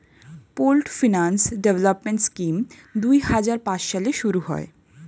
pooled finance development scheme দুই হাজার পাঁচ সালে শুরু হয়